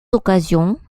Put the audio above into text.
occasions